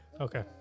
Okay